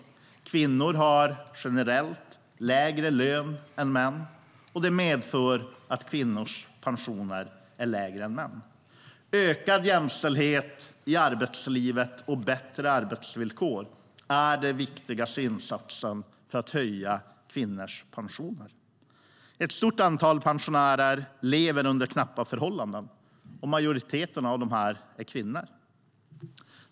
Kvinnor har generellt lägre löner än män. Det medför att kvinnors pensioner är lägre än mäns. Ökad jämställdhet i arbetslivet och bättre arbetsvillkor är den viktigaste insatsen för att höja kvinnors pensioner. Ett stort antal pensionärer lever under knappa förhållanden. Majoriteten av dem är kvinnor.